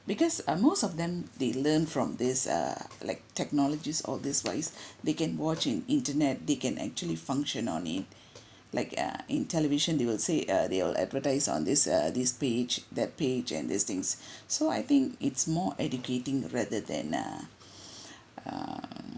because uh most of them they learn from this err like technologies or device they can watch in internet they can actually function on it like err in television they will say uh they will advertise on this uh this page that page and these things so I think it's more educating rather than err err